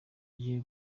gihe